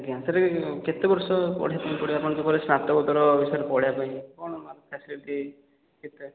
ଆଜ୍ଞା ଏଥିରେ କେତେ ବର୍ଷ ପଢ଼ିବା ପାଇଁ ପଡ଼ିବ ଆପଣ ଯେଉଁ କହିଲେ ସ୍ନାତକୋତ୍ତର ବିଷୟରେ ପଢ଼ିବା ପାଇଁ କ'ଣ ଫାସିଲିଟି ଠିକ୍ଠାକ୍